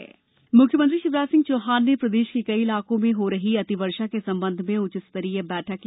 बैठक सीएम मुख्यमंत्री शिवराज सिंह चौहान ने प्रदेश के कई इलाकों में हो रही अति वर्षा के संबंध में उच्च स्तरीय बैठक की